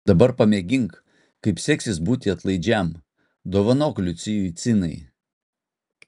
dabar pamėgink kaip seksis būti atlaidžiam dovanok liucijui cinai